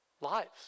lives